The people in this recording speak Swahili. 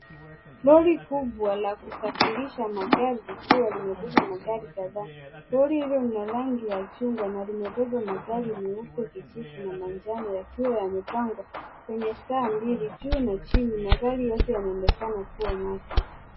Lori kubwa la kusafirisha magari likiwa limebeba magari kadhaa. Lori hilo ni la rangi ya chungwa na limebeba magari meupe, kijivu na manjano yakiwa yamepangwa kwenye staha mbili, chini na juu. Magari yote yanaonekana kuwa mapya.